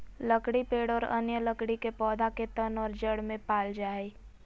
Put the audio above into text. लकड़ी पेड़ और अन्य लकड़ी के पौधा के तन और जड़ में पाल जा हइ